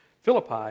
Philippi